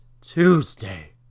Tuesday